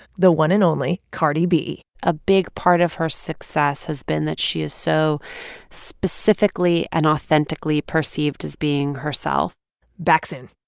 the one and only cardi b a big part of her success has been that she is so specifically and authentically perceived as being herself back soon